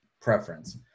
preference